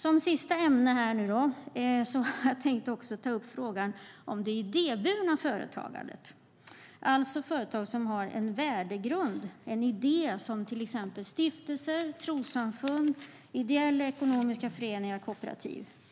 Som sista ämne här har jag också tänkt ta upp frågan om det idéburna företagandet. Det handlar alltså företag som har en värdegrund, en idé, som till exempel stiftelser, trossamfund, ideella och ekonomiska föreningar och kooperativ.